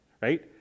Right